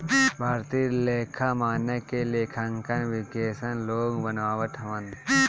भारतीय लेखा मानक के लेखांकन विशेषज्ञ लोग बनावत हवन